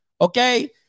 okay